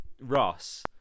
Ross